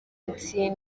ati